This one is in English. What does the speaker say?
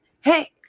hey